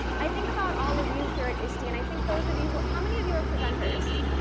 i think about all of you here at iste and i think, those of you, how many of you are presenters?